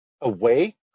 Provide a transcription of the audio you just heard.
away